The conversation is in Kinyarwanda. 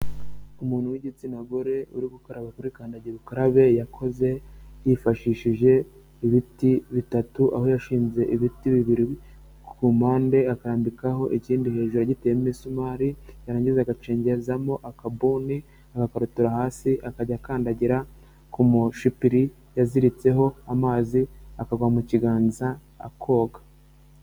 Umuntu w'igitsina gore uri gukaraba kuri kandagira ukarabe yakoze, yifashishije ibiti bitatu aho yashinze ibiti bibiri ku mpande akandikaho ikindi hejuru yagiteye imisumari, yarangiza agacengezamo akabuni agakorotira hasi akajya akandagira ku mushipiri yaziritseho amazi akagwa mu kiganza akoga.